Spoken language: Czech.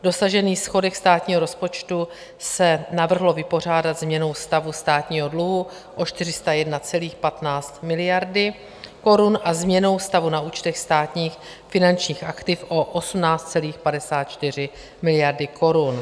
Dosažený schodek státního rozpočtu se navrhlo vypořádat změnou stavu státního dluhu o 401,15 miliardy korun a změnou stavu na účtech státních finančních aktiv o 18,54 miliardy korun.